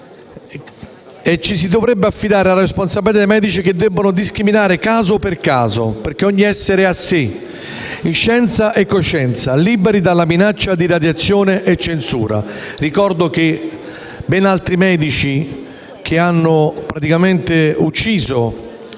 e ci si dovrebbe affidare alla responsabilità dei medici, che debbono discriminare caso per caso, perché ogni essere umano è a sé, in scienza e coscienza, liberi dalla minaccia di radiazione e censura. Ricordo che ben altri medici, che hanno praticamente ucciso